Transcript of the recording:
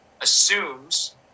assumes